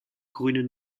grüne